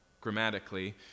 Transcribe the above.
grammatically